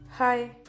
Hi